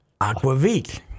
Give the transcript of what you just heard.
Aquavit